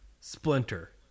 splinter